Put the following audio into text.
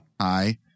Hi